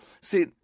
See